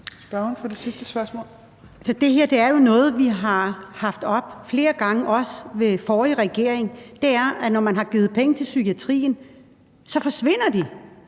Det her er jo noget, vi har haft oppe flere gange, også under den forrige regering, nemlig at når man har givet penge til psykiatrien, forsvinder de.